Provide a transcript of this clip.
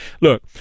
look